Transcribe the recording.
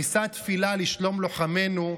נישא תפילה לשלום לוחמינו,